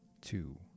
two